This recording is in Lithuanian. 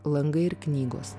langai ir knygos